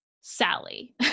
Sally